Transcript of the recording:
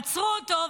עצרו אותו,